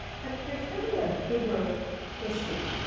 but there's really a bigger issue,